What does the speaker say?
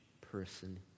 person